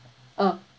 ah